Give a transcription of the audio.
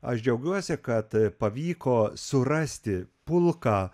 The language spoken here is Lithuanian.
aš džiaugiuosi kad pavyko surasti pulką